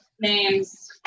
names